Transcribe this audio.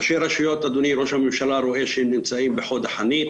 ראשי רשויות נמצאים בחוד החנית,